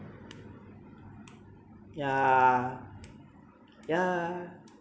yeah yeah